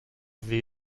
see